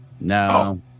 no